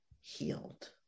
healed